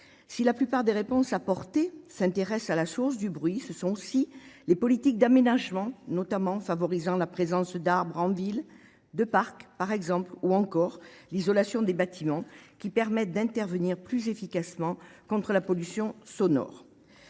Si la plupart des réponses apportées s'intéressent à la source du bruit, ce sont aussi les politiques d'aménagement, notamment favorisant la présence d'arbres en ville, de parcs par exemple, ou encore l'isolation des bâtiments qui permettent d'intervenir plus efficacement contre la pollution sonore.